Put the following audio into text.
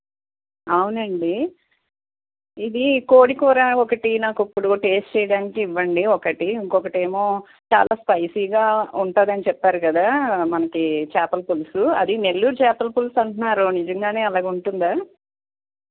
అవునండి ఇది కోడికూర ఒకటి నాకు ఇప్పుడు ఒకటి టెస్ట్ చేయడానికి ఇవ్వండి ఒకటి ఇంకొకటి ఏమో చాలా స్పైసీగా ఉంటుంది అని చెప్పారు కదా మనకు చేపల పులుసు అది నెల్లూరు చేపల పులుసు అంటున్నారు నిజంగా అలాగ ఉంటుందా